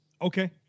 okay